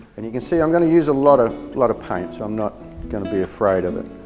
and you can see i'm going to use a lot of lot of paint. so i'm not going to be afraid of it.